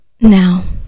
Now